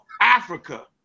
Africa